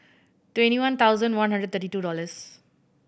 twenty one thousand one hundred thirty two dollars